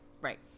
right